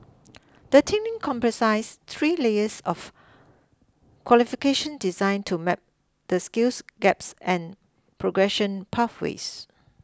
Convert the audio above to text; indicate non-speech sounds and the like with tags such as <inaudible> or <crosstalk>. <noise> the training comprises three layers of qualifications designed to map the skills gaps and progression pathways